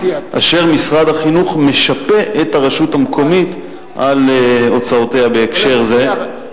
ומשרד החינוך משפה את הרשות המקומית על הוצאותיה בהקשר זה.